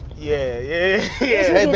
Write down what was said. yeah, yeah,